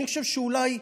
אני חושב שאולי,